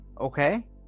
Okay